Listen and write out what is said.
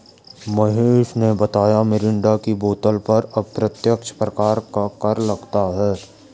महेश ने बताया मिरिंडा की बोतल पर अप्रत्यक्ष प्रकार का कर लगता है